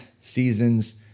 seasons